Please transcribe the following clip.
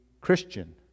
Christian